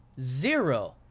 Zero